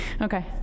okay